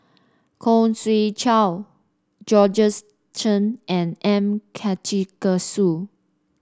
Khoo Swee Chiow Georgette Chen and M Karthigesu